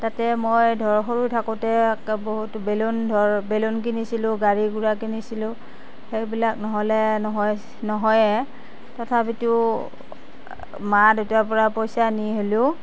তাতে মই ধৰ সৰু থাকোতে একে বহুত বেলুন ধৰ বেলুন কিনিছিলোঁ গাড়ী ঘূৰা কিনিছিলোঁ সেইবিলাক নহ'লে নহয় নহয়েই তথাপিতো মা দেউতাৰ পৰা পইচা নি হ'লেও